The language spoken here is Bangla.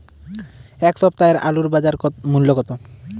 এ সপ্তাহের আলুর বাজার মূল্য কত?